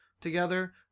together